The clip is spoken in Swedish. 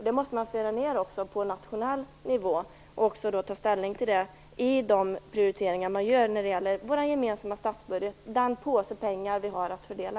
Det måste man föra ned på nationell nivå och ta ställning till i de prioriteringar man gör inom statsbudgeten med tanke på den påse pengar som man har att fördela.